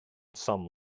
some